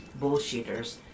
bullshitters